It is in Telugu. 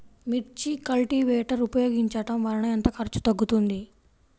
మిర్చి కల్టీవేటర్ ఉపయోగించటం వలన ఎంత ఖర్చు తగ్గుతుంది?